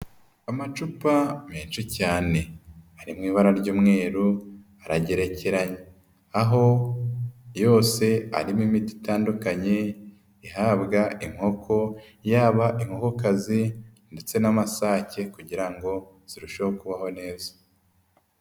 Amacupa menshi cyane, ari mu ibara ry'umweru aragereke, aho yose arimo imiti itandukanye ihabwa inkoko, yaba inkokokazi ndetse n'amasake kugira ngo zirusheho kubaho neza.